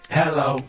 hello